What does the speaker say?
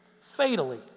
fatally